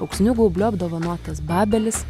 auksiniu gaubliu apdovanotas babelis